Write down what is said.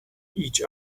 each